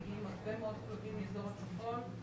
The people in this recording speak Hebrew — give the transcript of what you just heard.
מגיעים הרבה מאוד כלבים מאזור הצפון.